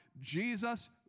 Jesus